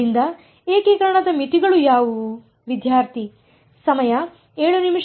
ಆದ್ದರಿಂದ ಏಕೀಕರಣದ ಮಿತಿಗಳು ಯಾವುವು